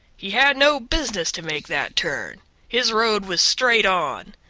he had no business to make that turn his road was straight on!